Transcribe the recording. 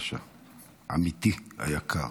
עמיתי היקר,